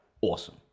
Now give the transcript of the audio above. awesome